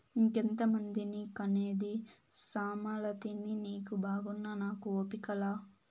ఇంకెంతమందిని కనేది సామలతిని నీకు బాగున్నా నాకు ఓపిక లా